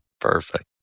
Perfect